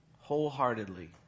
Wholeheartedly